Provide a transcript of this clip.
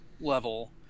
level